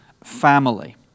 family